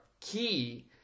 key